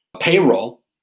payroll